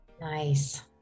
Nice